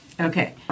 okay